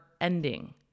ending